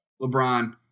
LeBron